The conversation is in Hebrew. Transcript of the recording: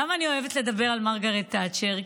למה אני אוהבת לדבר על מרגרט תאצ'ר?